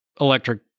electric